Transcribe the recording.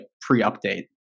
pre-update